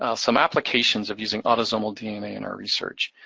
ah some applications of using autosomal dna in our research.